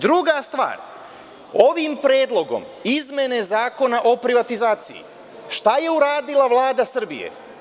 Druga stvar, ovim predlogom izmene Zakona o privatizaciji šta je uradila Vlada Srbije?